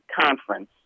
conference